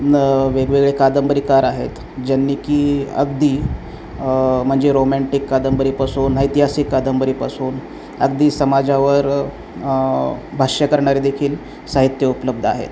न वेगवेगळे कादंबरीकार आहेत ज्यांनी की अगदी म्हणजे रोमॅन्टिक कादंबरीपासून ऐतिहासिक कादंबरीपासून अगदी समाजावर भाष्य करणारे देेखील साहित्य उपलब्ध आहे